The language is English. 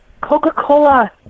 Coca-Cola